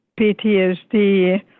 PTSD